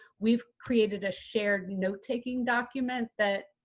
we've created a shared note-taking document that,